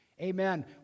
Amen